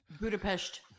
Budapest